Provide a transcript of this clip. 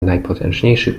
najpotężniejszych